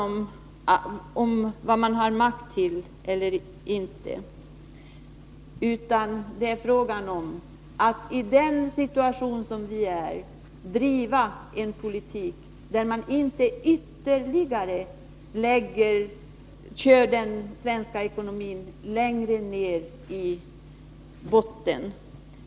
Det är inte fråga om vad man har makt till eller ej, utan det gäller att i den nuvarande situationen driva en politik som innebär att man inte kör den svenska ekonomin ännu längre ned i botten.